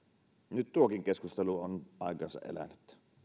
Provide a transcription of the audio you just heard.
nyt tuokin keskustelu on aikansa elänyt